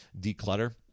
declutter